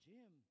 Jim